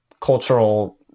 cultural